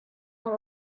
not